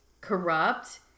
corrupt